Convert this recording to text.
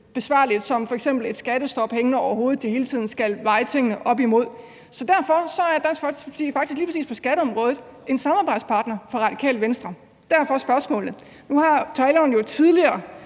besværligt som f.eks. et skattestop hængende over hovedet, som de hele tiden skal veje tingene op imod. Derfor er Dansk Folkeparti faktisk lige præcis på skatteområdet en samarbejdspartner for Det Radikale Venstre – derfor spørgsmålet. Nu har taleren jo tidligere